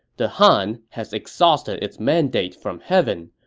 the han has exhausted its mandate from heaven.